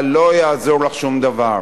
אבל לא יעזור לך שום דבר,